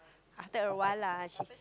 after awhile lah she